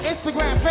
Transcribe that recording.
Instagram